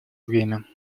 время